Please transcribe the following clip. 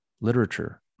literature